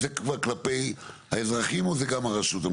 זה כבר כלפי האזרחים או שזה גם הרשות המקומית?